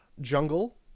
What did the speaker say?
Jungle